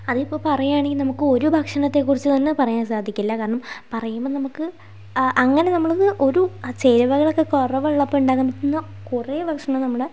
അതിപ്പോൾ പറയുകയാണെങ്കിൽ നമുക്ക് ഒരു ഭക്ഷണത്തെക്കുറിച്ച് തന്നെ പറയാൻ സാധിക്കില്ല കാരണം പറയുമ്പോൾ നമുക്ക് അങ്ങനെ നമ്മൾക്ക് ഒരു ചേരുവകളൊക്കെ കുറവുള്ളപ്പോൾ ഉണ്ടാക്കാൻ പറ്റുന്ന കുറേ ഭക്ഷണം നമ്മുടെ